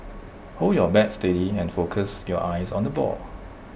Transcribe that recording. hold your bat steady and focus your eyes on the ball